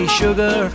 sugar